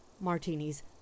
martinis